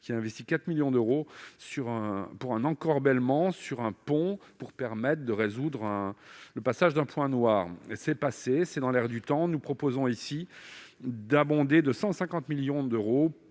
qui a investi 4 millions d'euros dans un encorbellement sur un pont, en vue de résoudre le passage d'un point noir. Ce projet est passé, car c'est dans l'air du temps. Nous proposons d'abonder de 150 millions d'euros